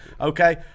Okay